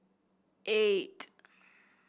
eight